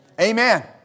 Amen